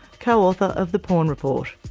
co-author of the porn report.